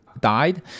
died